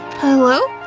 hello?